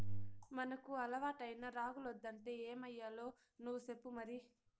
మనకు అలవాటైన రాగులొద్దంటే ఏమయ్యాలో నువ్వే సెప్పు మరి